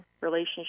relationship